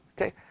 Okay